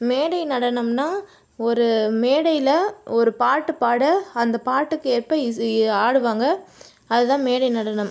மேடை நடனம்னால் ஒரு மேடையில் ஒரு பாட்டு பாட அந்த பாட்டுக்கு ஏற்ப இசை ஆடுவாங்க அது தான் மேடை நடனம்